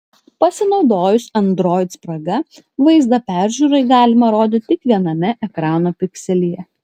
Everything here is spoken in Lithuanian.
pasinaudojus android spraga vaizdą peržiūrai galima rodyti tik viename ekrano pikselyje